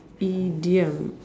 idiom